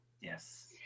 Yes